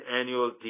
annual